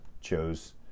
chose